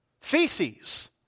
feces